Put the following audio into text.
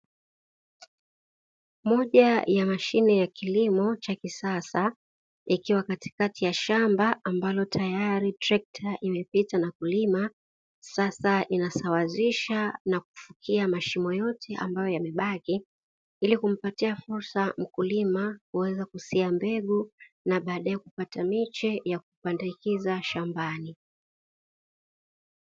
Moja ya mashine ya kilimo cha kisasa, ikiwa katikati ya shamba ambalo tayari trekta imepita na kulima, sasa inasawazisha na kufukia mashimo yote ambayo yamebaki, ili kumpatia fursa mkulima kuweza kusia mbegu na baadaye kupata miche ya kupandikiza shambani.